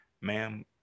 Ma'am